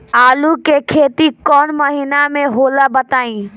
आलू के खेती कौन महीना में होला बताई?